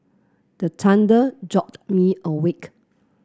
the thunder jolt me awake